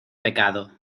pecado